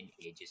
ages